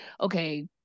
okay